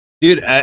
Dude